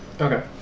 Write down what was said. Okay